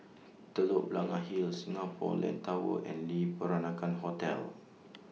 Telok Blangah Hill Singapore Land Tower and Le Peranakan Hotel